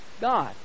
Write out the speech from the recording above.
God